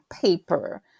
paper